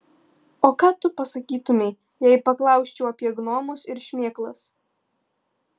o ką tu pasakytumei jei paklausčiau apie gnomus ir šmėklas